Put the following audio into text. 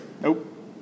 Nope